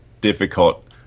difficult